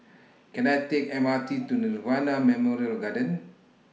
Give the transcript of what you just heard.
Can I Take M R T to Nirvana Memorial Garden